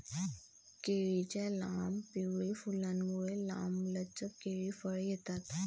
केळीच्या लांब, पिवळी फुलांमुळे, लांबलचक केळी फळे येतात